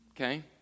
Okay